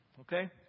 Okay